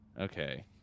okay